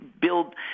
build